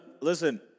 Listen